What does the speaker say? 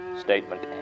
Statement